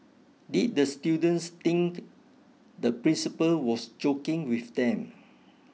did the students think the principal was joking with them